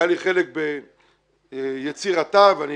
היה לי חלק ביצירתה ואני